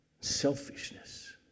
Selfishness